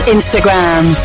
Instagram